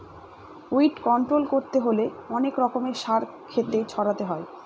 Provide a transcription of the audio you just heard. weed control করতে হলে অনেক রকমের সার ক্ষেতে ছড়াতে হয়